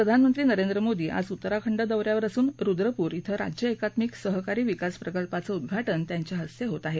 प्रधानमंत्री नरेंद्र मोदी आज उत्तराखंड दौऱ्यावर असून रुद्रपूर श्वं राज्य एकात्मिक सहकारी विकास प्रकल्पाचं उद्घाटन त्यांच्या हस्ते होत आहे